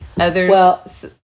others